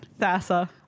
Thassa